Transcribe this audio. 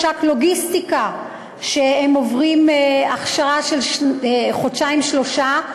מש"קי לוגיסטיקה שעוברים הכשרה של חודשיים-שלושה,